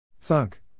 Thunk